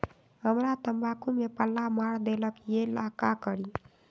हमरा तंबाकू में पल्ला मार देलक ये ला का करी?